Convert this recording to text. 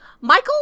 Michael